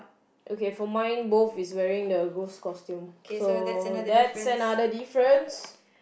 okay for mine both is wearing the ghost costume so that's another difference